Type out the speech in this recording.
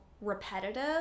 repetitive